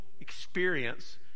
experience